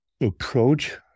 approach